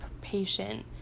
patient